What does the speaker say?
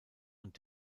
und